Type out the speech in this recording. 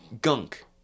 gunk